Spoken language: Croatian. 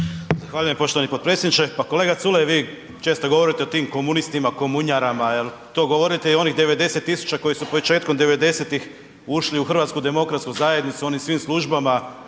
poštovani potpredsjedniče. Pa, kolega Culej vi često govorite o tim komunistima, komunjarama jel, to govorite i o onih 90.000 koji su početkom '90. ušli u HDZ onim svim službama